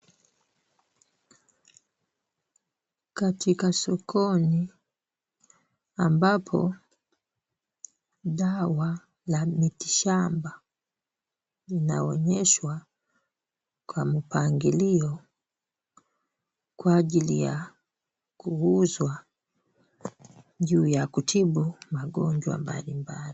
Katika sokoni ambapo dawa la miti shamba linaonyeshwa kwa mpangilio kwa ajili ya kuuzwa juu ya kutibu magonjwa mbalimbali.